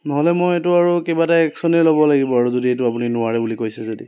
নহ'লে মই এইটো আৰু কিবা এটা একশ্য়নে ল'ব লাগিব আৰু যদি এইটো আপুনি নোৱাৰে বুলি কৈছে যদি